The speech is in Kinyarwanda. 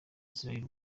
israel